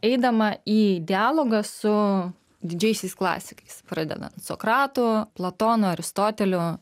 eidama į dialogą su didžiaisiais klasikais pradedant sokratu platonu aristoteliu